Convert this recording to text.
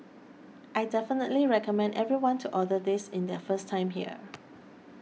I definitely recommend everyone to order this in their first time here